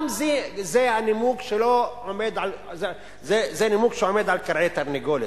גם זה נימוק שעומד על כרעי תרנגולת,